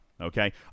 okay